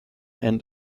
and